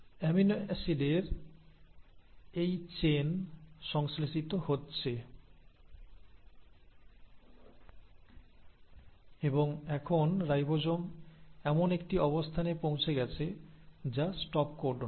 amino অ্যাসিডের একটি chain সংশ্লেষিত হচ্ছে এবং এখন রাইবোজোম এমন একটি অবস্থানে পৌঁছে গেছে যা স্টপ কোডন